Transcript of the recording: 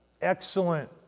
excellent